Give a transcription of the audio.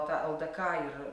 tą ldk ir